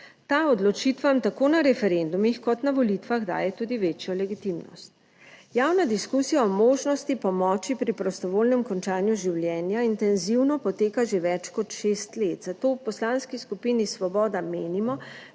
Ta odločitvam tako na referendumih kot na volitvah daje tudi večjo legitimnost. Javna diskusija o možnosti pomoči pri prostovoljnem končanju življenja intenzivno poteka že več kot šest let, zato v Poslanski skupini Svoboda menimo,